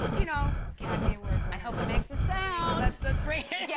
you know, academy award winner. i hope it makes a sound. let's let's pray. yeah